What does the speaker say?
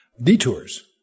detours